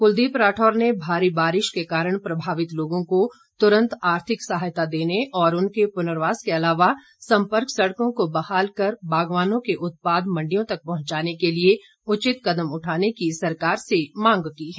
कुलदीप राठौर ने भारी बारिश के कारण प्रभावित लोगों को तुरंत आर्थिक सहायता देने और उनके पुर्नवास के अलावा सम्पर्क सड़कों को बहाल कर बागवानों के उत्पाद मंडियों तक पहुंचाने के लिए उचित कदम उठाने की सरकार से मांग की है